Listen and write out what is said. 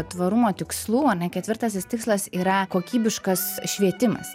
tvarumo tikslų ane ketvirtasis tikslas yra kokybiškas švietimas